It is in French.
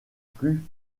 plus